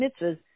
mitzvahs